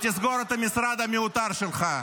ותסגור את המשרד המיותר שלך.